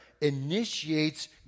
initiates